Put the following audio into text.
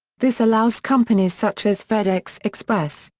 this allows companies such as fedex express,